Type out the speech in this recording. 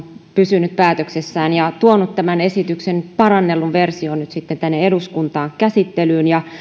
pysynyt päätöksessään ja tuonut tämän esityksen parannellun version nyt sitten tänne eduskuntaan käsittelyyn